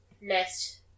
Nest